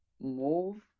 move